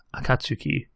Akatsuki